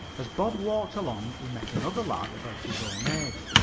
as bob walked along he met another lad about his own age.